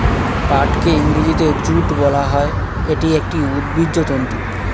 পাটকে ইংরেজিতে জুট বলা হয়, এটি একটি উদ্ভিজ্জ তন্তু